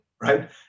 right